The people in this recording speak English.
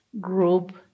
group